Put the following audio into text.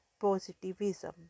positivism